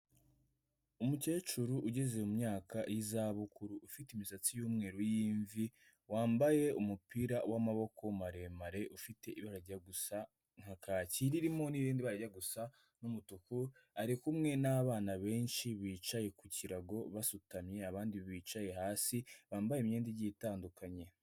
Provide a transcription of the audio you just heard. umukecuru ugeze mu myaka y'izabukuru, ufite imisatsi y'umweru y'imvi, wambaye umupira w'amaboko maremare, ufite ibara rijya gusa nka kaki, ririmo n'irindi bara rijya gusa n'umutuku, ari kumwe n,abana benshi bicaye ku kirago, basutamye, abandi bicaye hasi, bambaye imyenda igiye itandukanye.